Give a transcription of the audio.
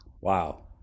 Wow